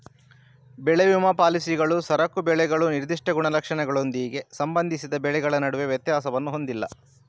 ಬೆಳೆ ವಿಮಾ ಪಾಲಿಸಿಗಳು ಸರಕು ಬೆಳೆಗಳು ನಿರ್ದಿಷ್ಟ ಗುಣಲಕ್ಷಣಗಳೊಂದಿಗೆ ಸಂಬಂಧಿಸಿದ ಬೆಳೆಗಳ ನಡುವೆ ವ್ಯತ್ಯಾಸವನ್ನು ಹೊಂದಿಲ್ಲ